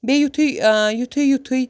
بیٚیہِ یُتھُے ٲں یُتھُے یُتھُے